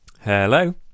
Hello